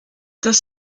das